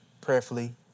prayerfully